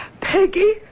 Peggy